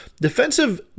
defensive